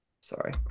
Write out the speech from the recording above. Sorry